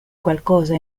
qualcosa